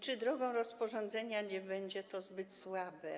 Czy droga rozporządzenia nie będzie zbyt słaba?